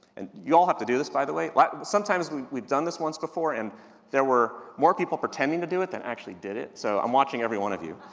and you all have to do this, by the way. like sometimes we, we'd done this once before and there were more people pretending to do it than actually did it. so i'm watching every one of you,